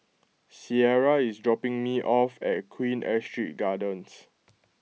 Ciera is dropping me off at Queen Astrid Gardens